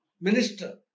minister